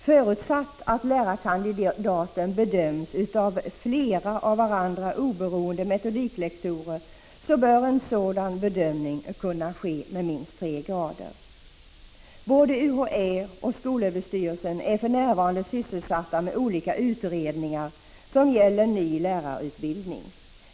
Förutsatt att lärarkandidaten bedöms av flera av varandra oberoende metodiklektorer bör en bedömning kunna ske med minst tre grader. Både UHÄ och skolöverstyrelsen är för närvarande sysselsatta med olika utredningar som gäller ny lärarutbildning.